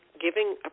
giving